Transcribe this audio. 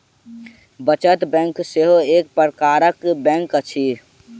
बचत बैंक सेहो एक प्रकारक बैंक अछि